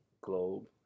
globe